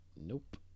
nope